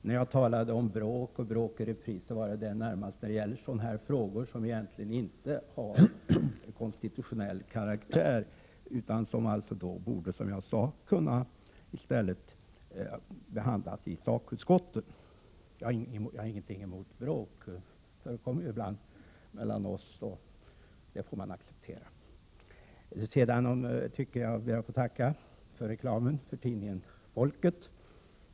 När jag talade om bråk och bråk i repris syftade jag närmast på frågor som egentligen inte har konstitutionell karaktär utan borde, som jag sade, i stället kunna behandlas i sakutskotten. Jag har ingenting emot bråk — sådant förekommer ju ibland mellan oss, och det får man acceptera. Jag ber att få tacka för reklamen för tidningen Folket.